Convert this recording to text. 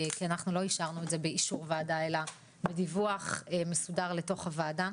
כי אנחנו לא אישרנו את זה באישור ועדה אלא בדיווח מסודר לתוך הוועדה.